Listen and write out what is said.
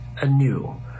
anew